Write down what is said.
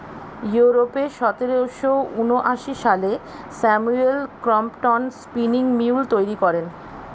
ইউরোপে সতেরোশো ঊনআশি সালে স্যামুয়েল ক্রম্পটন স্পিনিং মিউল তৈরি করেন